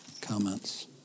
comments